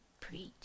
preach